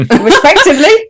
Respectively